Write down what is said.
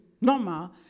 normal